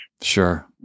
Sure